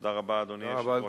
תודה רבה, אדוני היושב-ראש.